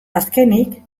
azkenik